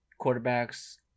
quarterbacks